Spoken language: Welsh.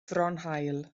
fronhaul